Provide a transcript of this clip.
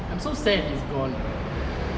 I'm so sad he's gone though